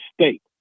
State